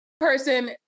Person